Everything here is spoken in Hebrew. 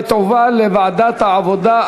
ותועבר לוועדת העבודה,